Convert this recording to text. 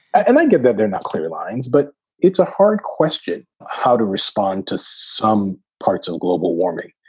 and i get that they're not clear lines, but it's a hard question how to respond to some parts of global warming.